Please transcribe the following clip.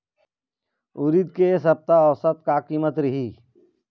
उरीद के ए सप्ता औसत का कीमत रिही?